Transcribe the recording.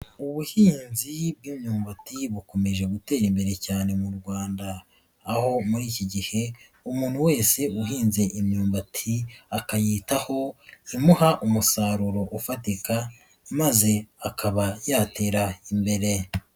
Ubuhinzi bw'imyumbati bukomeje gutera imbere cyane mu Rwanda, aho muri iki gihe umuntu wese uhinze imyumbati akayitaho, imuha umusaruro ufatika maze akaba yatera imbere.